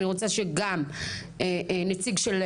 אני רוצה שגם נציג של,